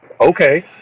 okay